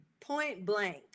point-blank